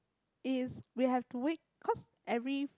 it's we have to wake cause every